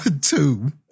Two